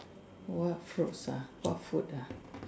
what fruits ah what food ah